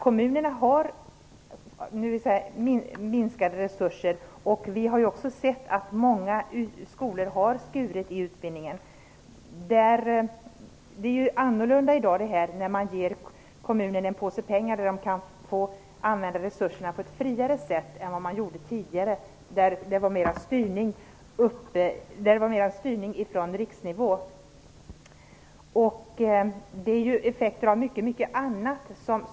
Kommunerna har minskade resurser, och vi har också sett att många skolor har skurit i utbildningen. Det är ju annorlunda i dag, när man ger kommunen en påse pengar som den kan använda på ett friare sätt än tidigare, då det var mer styrning från riksnivån. De förändringar Jan Björkman talar om är effekter av mycket annat.